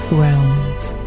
realms